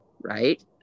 right